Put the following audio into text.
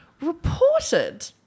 reported